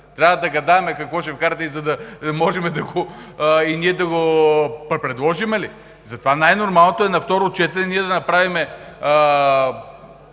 Трябва да гадаем какво ще вкарате, за да можем и ние да го предложим ли?! Най нормалното е на второ четене да направим